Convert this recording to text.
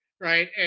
right